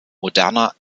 moderner